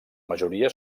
majoria